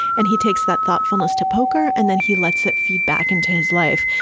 and he takes that thoughtfulness to poker. and then he lets that feedback into his life.